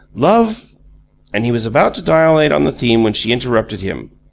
love and he was about to dilate on the theme when she interrupted him.